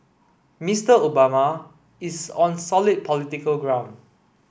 Mr Obama is on solid political ground